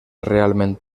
realment